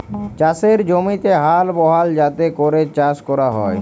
চাষের জমিতে হাল বহাল যাতে ক্যরে চাষ ক্যরা হ্যয়